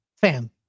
fam